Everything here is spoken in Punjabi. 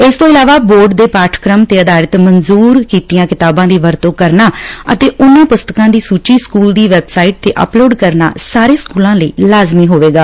ਇਸਤੋਂ ਇਲਾਵਾ ਬੋਰਡ ਦੇ ਪਾਠਕ੍ਮ ਤੇ ਅਦਾਰਤ ਮੰਜੂਰ ਕਿਤਾਬਾਂ ਦੀ ਵਰਤੋ ਕਰਨਾ ਅਤੇ ਉਨ੍ਹਾਂ ਪੁਸਤਕਾਂ ਦੀ ਸੂਚੀ ਸਕੂਲ ਦੀ ਵੈਬਸਾਈਟ ਤੇ ਅਪਲੋਡ ਕਰਨਾ ਸਾਰੇ ਸਕੂਲਾਂ ਲਈ ਲਾਜਮੀ ਹੋਵੇਗਾ